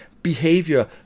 behavior